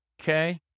Okay